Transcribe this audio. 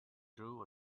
drew